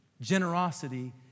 generosity